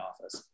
office